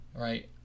Right